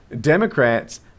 Democrats